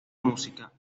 música